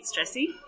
stressy